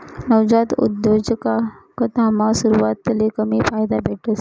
नवजात उद्योजकतामा सुरवातले कमी फायदा भेटस